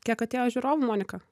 kiek atėjo žiūrovų monika